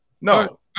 No